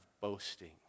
boasting